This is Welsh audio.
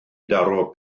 daro